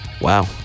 Wow